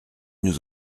nous